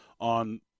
on